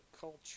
culture